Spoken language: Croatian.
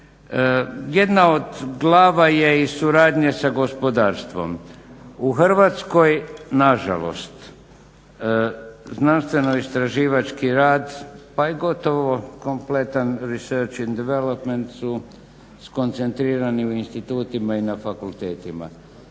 Jedna od glava je i suradnja sa gospodarstvom. U Hrvatskoj nažalost znanstveno-istraživački rad pa i gotovo kompletan research in developements su skoncentirirani u institutima i na fakultetima.